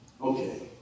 Okay